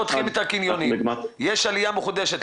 יש עליה מחודשת,